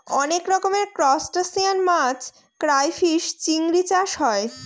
অনেক রকমের ত্রুসটাসিয়ান মাছ ক্রাইফিষ, চিংড়ি চাষ হয়